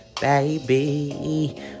baby